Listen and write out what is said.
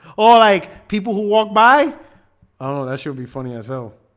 all like people who walk by oh, that should be fun yourself